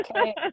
okay